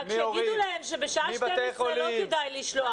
תגידו להם שבשעה 12 לא כדאי לשלוח,